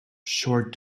short